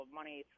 money